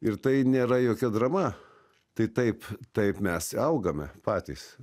ir tai nėra jokia drama tai taip taip mes i augame patys